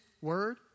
word